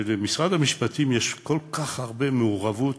שלמשרד המשפטים יש כל כך הרבה מעורבות